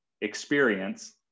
experience